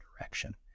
direction